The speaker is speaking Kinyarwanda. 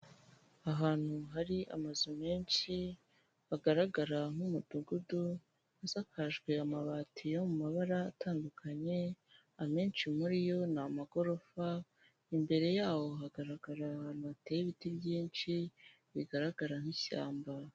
Ahantu hari amazu menshi, hagaragara nk'umudugudu usakajwe amabati yo mu mabara atandukanye, amenshi muri yo ni amagorofa, imbere yaho hagaragra ahantu hateye ibiti byinshi bigaragara nk'ishyamba.